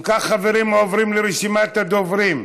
אם כך, חברים, עוברים לרשימת הדוברים.